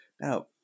Now